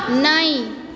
नइँ